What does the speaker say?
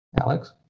Alex